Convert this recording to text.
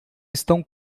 estão